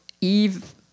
Eve